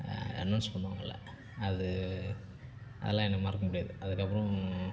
announce பண்ணுவார்களா அது அதெலாம் எனக்கு மறக்க முடியாது அதுக்கு அப்புறம்